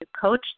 coach